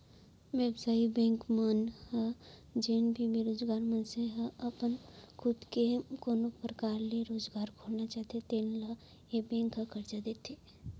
बेवसायिक बेंक मन ह जेन भी बेरोजगार मनसे मन ह अपन खुद के कोनो परकार ले रोजगार खोलना चाहते तेन ल ए बेंक ह करजा देथे